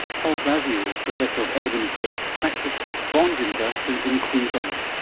paul glasziou is professor of evidence-based practice at bond university in queensland.